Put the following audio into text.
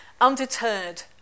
Undeterred